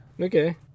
Okay